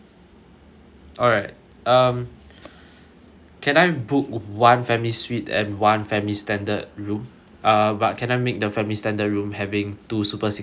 alright um can I book one family suite and one family standard room uh but can I make the family standard room having two super single beds